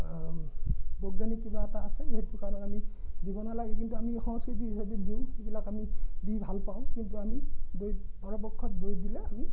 বৈজ্ঞানিক কিবা এটা আছে সেইটো কাৰণত আমি দিব নালাগে কিন্তু আমি সংস্কৃতি ভাবি দিওঁ সেইবিলাক আমি দি ভাল পাওঁ কিন্তু আমি দৈ পৰাপক্ষত দৈ দিলে আমি